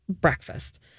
breakfast